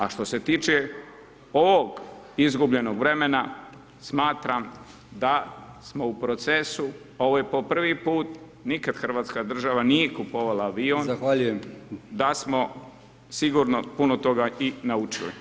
A što se tiče ovog izgubljenog vremena, smatram da smo u procesu, ovo je po prvi put, nikad Hrvatska država nije kupovala avion, da smo sigurno puno toga i naučili.